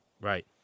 Right